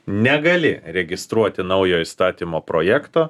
negali registruoti naujo įstatymo projekto